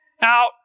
out